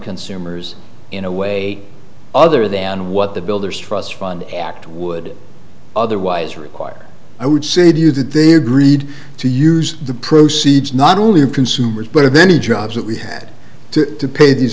consumers in a way other than what the builders trust fund act would otherwise require i would say due to their greed to use the proceeds not only the consumers but then the jobs that we had to pay these